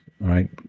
right